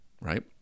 right